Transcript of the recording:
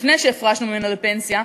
לפני שהפרשנו ממנה לפנסיה,